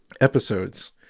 episodes